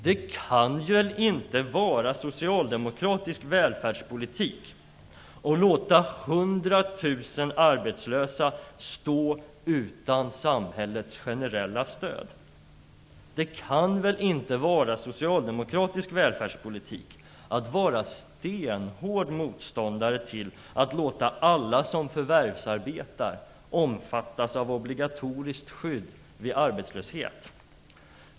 Det kan väl inte vara socialdemokratisk välfärdspolitik att låta 100 000 arbetslösa stå utan samhällets generella stöd? Det kan väl inte vara socialdemokratisk välfärdspolitik att vara stenhård motståndare mot att låta alla som förvärvsarbetar omfattas av obligatoriskt skydd vid arbetslöshet?